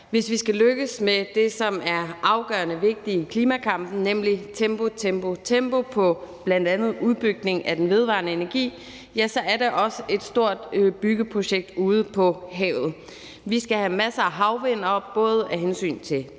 Hvis vi skal lykkes med det, der er afgørende vigtigt i klimakampen, nemlig tempo, tempo og tempo, bl.a. på udbygning af den vedvarende energi, handler det også om et stort byggeprojekt ude på havet. Vi skal have masser af havvindmøller op, både af hensyn til